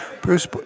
Bruce